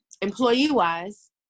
employee-wise